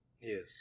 Yes